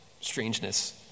strangeness